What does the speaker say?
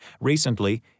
Recently